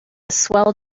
swell